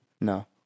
No